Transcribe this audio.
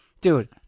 dude